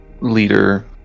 leader